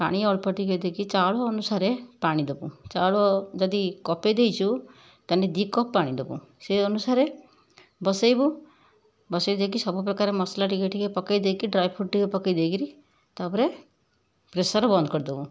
ପାଣି ଅଳ୍ପଟିକେ ଦେଇକି ଚାଉଳ ଅନୁସାରେ ପାଣି ଦବୁ ଚାଉଳ ଯଦି କପେ ଦେଇଛୁ ତାନେ ଦୁଇ କପ ପାଣି ଦବୁ ସେଇ ଅନୁସାରେ ବସେଇବୁ ବସେଇ ଦେଇକି ସବୁପ୍ରକାର ମସଲା ଟିକେ ଟିକେ ପକେଇ ଦେଇକି ଡ୍ରାଏଫୁଡ଼ ଟିକେ ପକେଇ ଦେଇକିରି ତାପରେ ପ୍ରେସର ବନ୍ଦ କରିଦେବୁ